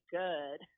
good